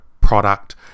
product